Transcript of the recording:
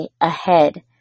ahead